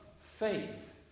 faith